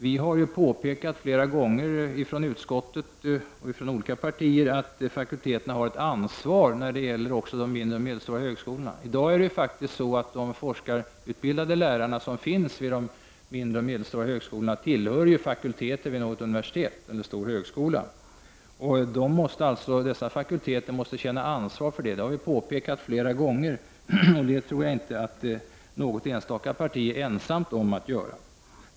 Vi har från utskottet och från olika partier flera gånger påpekat att fakulteterna har ett ansvar också när det gäller de mindre och medelstora högskolorna. I dag tillhör de forskarutbildade lärarna vid de mindre och medelstora högskolorna fakulteter vid ett universitet eller en stor högskola. Dessa fakulteter måste alltså känna ansvar, vilket vi har påpekat flera gånger — jag tror inte att något parti är ensamt om att ha gjort det.